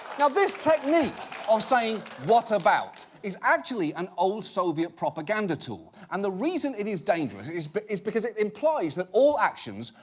now this technique of saying what about. is actually an old soviet propaganda tool, and the reason it is dangerous is but is because it implies that all actions,